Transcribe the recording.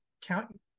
count